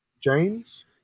James